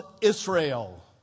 Israel